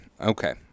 Okay